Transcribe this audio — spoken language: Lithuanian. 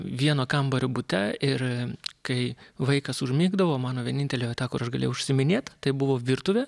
vieno kambario bute ir kai vaikas užmigdavo mano vienintelė vieta kur aš galėjau užsiiminėt tai buvo virtuvė